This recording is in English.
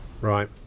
right